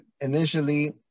initially